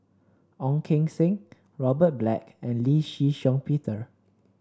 Ong Keng Sen Robert Black and Lee Shih Shiong Peter